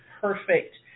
perfect